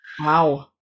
Wow